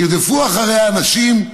ירדפו אחריה אנשים,